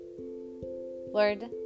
Lord